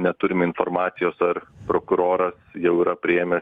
neturim informacijos ar prokuroras jau yra priėmę